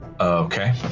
Okay